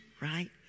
right